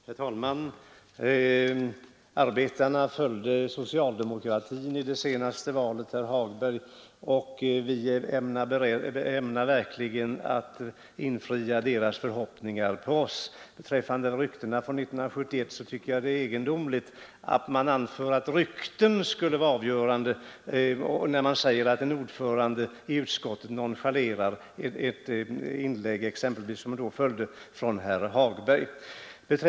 Herr talman! Arbetarna följde socialdemokratin i det senaste valet, herr Hagberg, och vi ämnar verkligen infria deras förväntningar på oss. Och vad ryktena 1971 angår tycker jag det är egendomligt att rykten skulle kunna ge anledning till påståendena att utskottets ordförande nonchalerade vad herr Hagberg anförde i det sammanhanget.